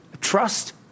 trust